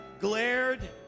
glared